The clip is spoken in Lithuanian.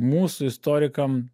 mūsų istorikam